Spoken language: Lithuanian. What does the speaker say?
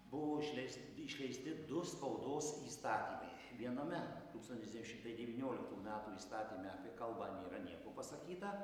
buvo išleist išleisti du spaudos įstatymai viename tūkstantis devyni šimtai devynioliktų metų įstatyme apie kalbą nėra nieko pasakyta